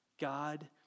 God